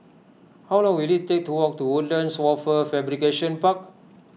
how long will it take to walk to Woodlands Wafer Fabrication Park